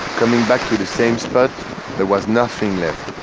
coming back to the same spot there was nothing left.